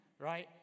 right